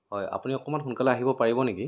হয় আপুনি অকণমান সোনকালে আহিব পাৰিব নেকি